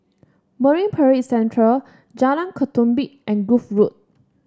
Marine Parade Central Jalan Ketumbit and Grove Road